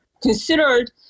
considered